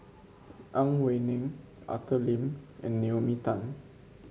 Ang Wei Neng Arthur Lim and Naomi Tan